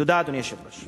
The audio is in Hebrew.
תודה, אדוני היושב-ראש.